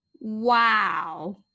wow